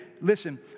listen